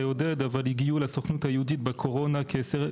אבל בקורונה הגיעו לסוכנות היהודית כ-10,000